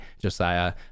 Josiah